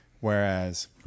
Whereas